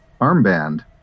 armband